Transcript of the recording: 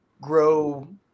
grow